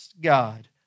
God